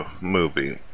movie